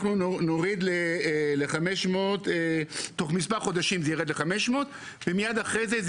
אנחנו נוריד ל-500 תוך מספר חודשים זה ירד ל-500 ומיד אחרי זה,